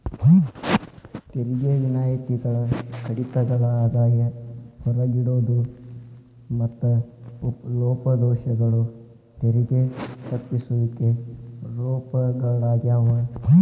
ತೆರಿಗೆ ವಿನಾಯಿತಿಗಳ ಕಡಿತಗಳ ಆದಾಯ ಹೊರಗಿಡೋದು ಮತ್ತ ಲೋಪದೋಷಗಳು ತೆರಿಗೆ ತಪ್ಪಿಸುವಿಕೆ ರೂಪಗಳಾಗ್ಯಾವ